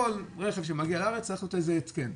כל רכב שמגיע לארץ צריך להיות עליו התקן.